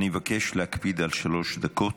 אני מבקש להקפיד על שלוש דקות.